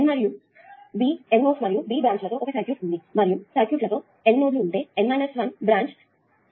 N nodes మరియు B branch లతో ఒక సర్క్యూట్ ఉంది మరియు సర్క్యూట్ లో N నోడ్లు ఉంటే N 1 బ్రాంచ్ ల ట్రీ ఉంటుంది